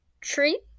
tree